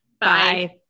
Bye